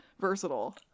versatile